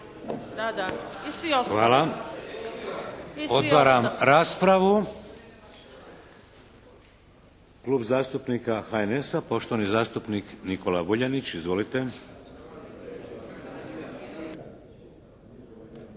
Hvala. Otvaram raspravu. Klub zastupnika HNS-a poštovani zastupnik Nikola Vuljanić. Izvolite.